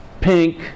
pink